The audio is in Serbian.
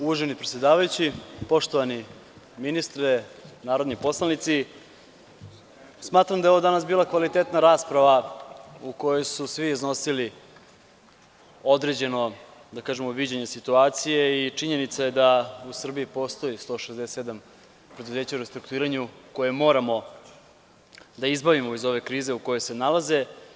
Uvaženi predsedavajući, poštovani ministre, narodni poslanici, smatram da je ovo danas bila kvalitetna rasprava u kojoj su svi iznosili određeno, da kažem, viđenje situacije i činjenica je da u Srbiji postoji 167 preduzeća u restrukturiranju koje moramo da izbavimo iz ove krize u kojoj se nalaze.